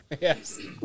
Yes